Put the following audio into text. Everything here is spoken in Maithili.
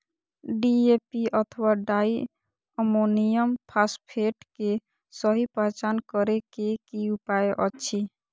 डी.ए.पी अथवा डाई अमोनियम फॉसफेट के सहि पहचान करे के कि उपाय अछि?